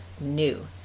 new